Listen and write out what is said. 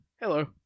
hello